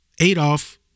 Adolf